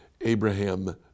Abraham